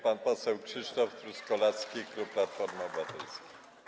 Pan poseł Krzysztof Truskolaski, klub Platforma Obywatelska.